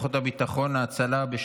אני קובע שהצעת חוק הביטוח הלאומי (תיקון,